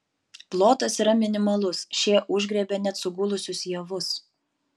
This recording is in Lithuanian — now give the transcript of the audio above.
plotas yra minimalus šie užgriebia net sugulusius javus